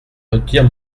retire